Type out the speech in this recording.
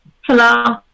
Hello